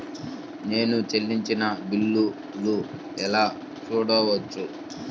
నేను చెల్లించిన బిల్లు ఎలా చూడవచ్చు?